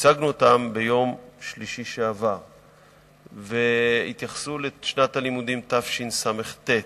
שהצגנו ביום שלישי שעבר והתייחסו לשנת הלימודים תשס"ט,